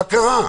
מה קרה?